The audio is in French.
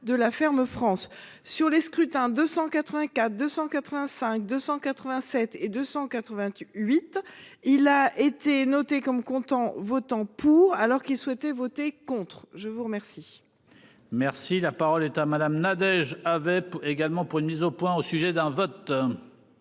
de la ferme France sur les scrutins 280 cas, 285, 287 et 288, il a été noté comme compte en votant pour alors qu'il souhaitaient voter contre. Je vous remercie.